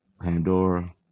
Pandora